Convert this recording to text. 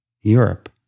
Europe